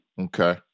Okay